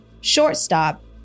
shortstop